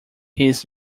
his